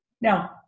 Now